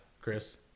Chris